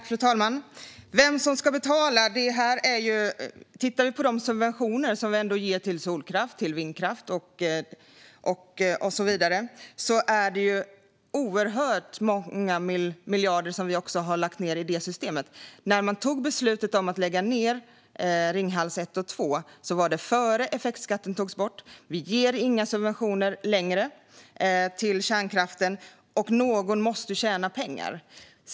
Fru talman! Rickard Nordin frågar vem som ska betala. Om vi tittar på de subventioner som vi ger till solkraft, vindkraft och så vidare kan vi se att vi har lagt ned oerhört många miljarder också i det systemet. Beslutet att lägga ned Ringhals 1 och 2 togs innan effektskatten togs bort. Vi ger inte längre några subventioner till kärnkraften. Någon måste tjäna pengar.